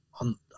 on